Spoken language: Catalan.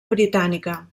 britànica